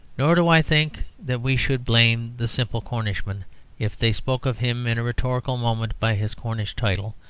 nor do i think that we should blame the simple cornishmen if they spoke of him in a rhetorical moment by his cornish title,